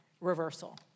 reversal